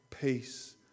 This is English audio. peace